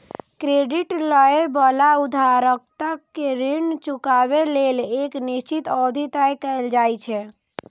credit लए बला उधारकर्ता कें ऋण चुकाबै लेल एक निश्चित अवधि तय कैल जाइ छै